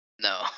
No